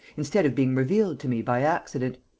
instead of being revealed to me by accident.